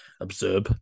observe